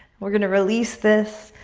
we're gonna release this.